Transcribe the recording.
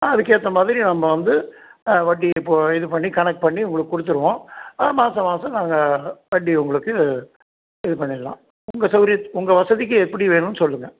நான் அதுக்கேற்ற மாதிரி நம்ம வந்து ஆ வட்டி இப்போது இது பண்ணி கணக்கு பண்ணி உங்களுக்கு கொடுத்துருவோம் ஆ மாதம் மாதம் நாங்கள் வட்டி உங்களுக்கு இது பண்ணிடலாம் உங்கள் சௌகரியத் உங்கள் வசதிக்கு எப்படி வேணுன்னு சொல்லுங்க